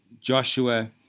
Joshua